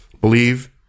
Believe